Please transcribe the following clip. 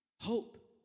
Hope